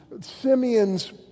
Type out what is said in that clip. Simeon's